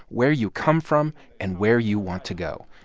where you come from and where you want to go.